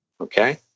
Okay